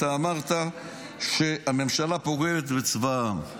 אמרת שהממשלה פוגעת בצבא העם.